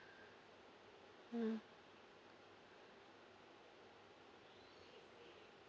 mm